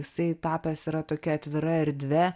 jisai tapęs yra tokia atvira erdve